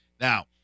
Now